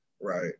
right